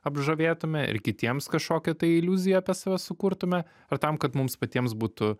apžavėtume ir kitiems kažkokią tai iliuziją apie save sukurtume ar tam kad mums patiems būtų